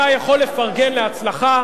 אתה יכול לפרגן להצלחה.